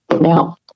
Now